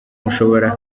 mushobora